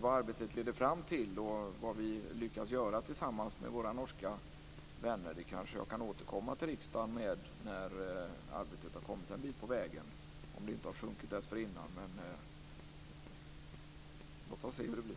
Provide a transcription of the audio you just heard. Vad arbetet leder fram till och vad vi lyckas göra tillsammans med våra norska vänner kanske jag kan återkomma till riksdagen med när arbetet har kommit en bit på väg, om det inte har sjunkit dessförinnan. Låt oss se hur det blir.